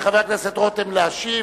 לחבר הכנסת רותם להשיב.